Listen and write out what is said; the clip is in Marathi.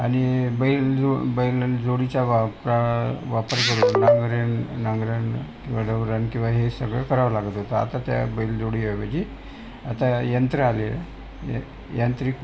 आणि बैलजो बैल आणि जोडीच्या वापरा वापर करून नांगरण नांगरण किंवा डवरणं किंवा हे सगळं करावं लागत होतं आता त्या बैलजोडीऐवजी आता यंत्रं आले आहे य यांत्रिक